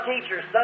teachers